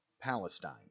Palestine